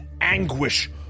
anguish